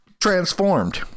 transformed